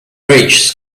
rich